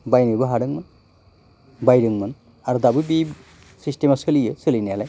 बायनोबो हादोंमोन बायदोंमोन आरो दाबो बे सिसटेमा सोलियो सोलिनायालाय